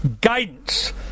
Guidance